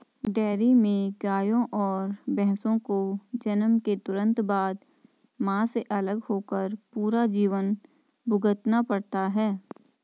dairy में गायों और भैंसों को जन्म के तुरंत बाद, मां से अलग होकर पूरा जीवन भुगतना पड़ता है